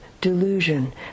delusion